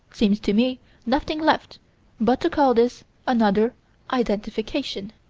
seems to me nothing left but to call this another identification.